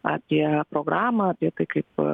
apie programą apie tai kaip